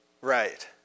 Right